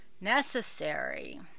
necessary